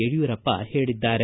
ಯಡಿಯೂರಪ್ಪ ಹೇಳಿದ್ದಾರೆ